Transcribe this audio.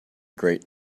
great